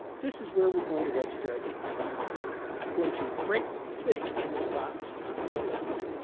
this is where we're going to register our database i'm going to right click in this box on the left